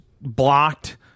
blocked